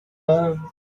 home